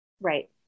right